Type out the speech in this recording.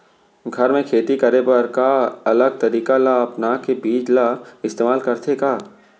घर मे खेती करे बर का अलग तरीका ला अपना के बीज ला इस्तेमाल करथें का?